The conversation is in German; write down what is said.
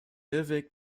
irrweg